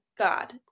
God